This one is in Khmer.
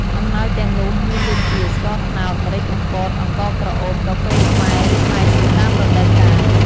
អំណាយទាំងនោះមានដូចជា ស្ករត្នោត ម្រេចកំពត អង្ករក្រអូប កាហ្វេខ្មែរ ឬ ផ្លែឈើតាមរដូវកាល។